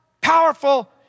powerful